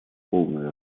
полное